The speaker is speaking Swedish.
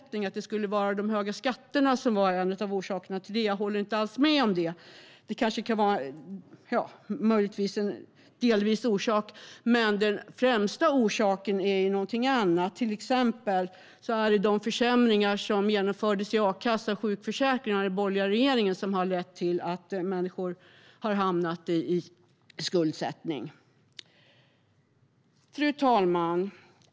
Han menade att det skulle vara de höga skatterna som var en av orsakerna. Jag håller inte alls med om det. Det kan möjligtvis vara en delorsak, men den främsta orsaken är någonting annat, till exempel de försämringar som genomfördes i a-kassan och sjukförsäkringen av den borgerliga regeringen och som har lett till att människor blivit skuldsatta. Fru talman!